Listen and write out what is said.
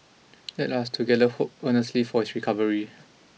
let us together hope earnestly for his recovery